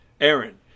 Aaron